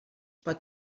pot